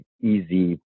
easy